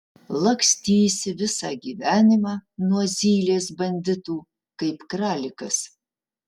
lakstysi visą gyvenimą nuo zylės banditų kaip kralikas